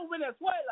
Venezuela